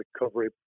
recovery